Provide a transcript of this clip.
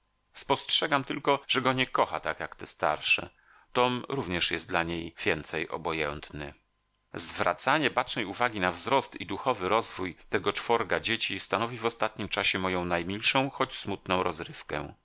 spostrzegam tylko że go nie kocha tak jak te starsze tom również jest dla niej więcej obojętny zwracanie bacznej uwagi na wzrost i duchowy rozwój tego czworga dzieci stanowi w ostatnim czasie moją najmilszą choć smutną rozrywkę